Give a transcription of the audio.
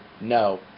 No